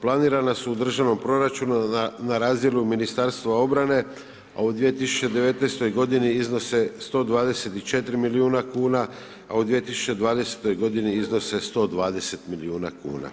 planirana su u državnom proračunu na razinu Ministarstva obrane, a u 2019.g. iznose 124 milijuna kuna, a u 2020.g. iznose 120 milijuna kuna.